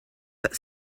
but